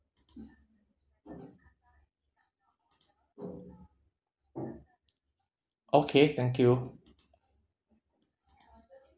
okay thank you